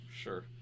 Sure